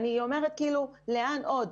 אני שואלת לאן עוד,